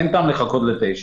אין טעם לחכות ל-09:00.